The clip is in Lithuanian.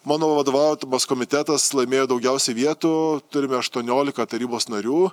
mano vadovaudamas komitetas laimėjo daugiausiai vietų turime aštuoniolika tarybos narių